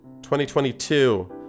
2022